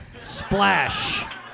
Splash